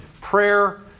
prayer